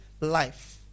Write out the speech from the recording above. life